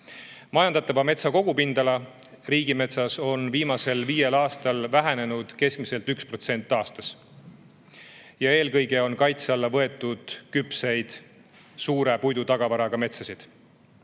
Majandatava metsa kogupindala riigimetsas on viimasel viiel aastal vähenenud keskmiselt 1% aastas. Eelkõige on kaitse alla võetud küpseid, suure puidutagavaraga metsi.